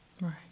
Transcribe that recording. Right